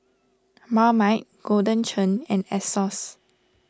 Marmite Golden Churn and Asos